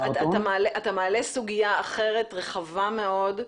אתה מעלה סוגיה אחרת, רחבה מאוד,